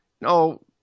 no